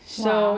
!wow!